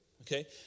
Okay